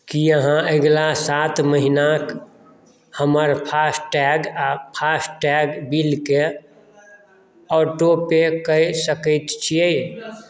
की अहाँ अगिला सात महिनाक हमर फास्टैग आ फास्टैग बिलकेँ ऑटोपे कऽ सकैत छियै